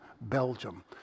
Belgium